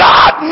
God